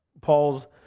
Paul's